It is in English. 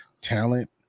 talent